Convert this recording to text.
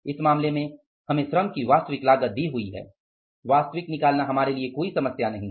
इस मामले में हमें श्रम की वास्तविक लागत दी हुई है वास्तव में हमारे लिए यह कोई समस्या नही है